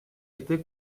était